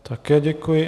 Také děkuji.